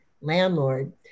landlord